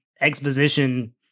exposition